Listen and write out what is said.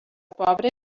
pobre